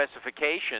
specifications